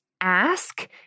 ask